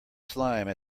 slime